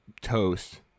toast